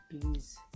please